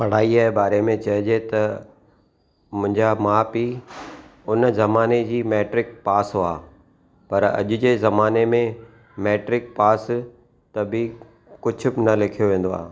पढ़ाईअ जे बारे में चइजे त मुंहिंजा माउ पीउ हुन ज़माने जी मेट्रिक पास हुआ पर अॼु जे ज़माने में मेट्रिक पास त बि कुझु बि न लेखियो वेंदो आहे